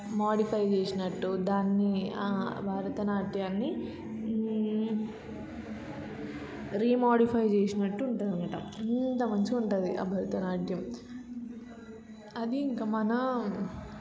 modify చేసినట్టు దాన్ని భారతనాట్యాన్ని రీమోడిఫై చేసినట్టు ఉంటుంది అంట ఎంత మంచిగా ఉంటుంది భరతనాట్యం అది ఇంకా మన